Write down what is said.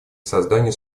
создания